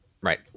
Right